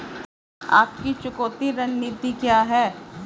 आपकी चुकौती रणनीति क्या है?